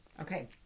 Okay